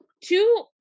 Two